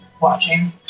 watching